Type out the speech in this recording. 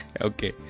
Okay